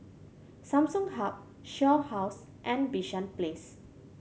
Samsung Hub Shaw House and Bishan Place